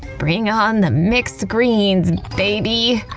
bring on the mixed greens, baby!